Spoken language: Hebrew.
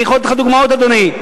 אני יכול לתת לך דוגמאות, אדוני.